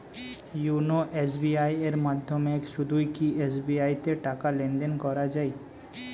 YONO SBI এর মাধ্যমে শুধুই কি এস.বি.আই তে টাকা লেনদেন করা যায়?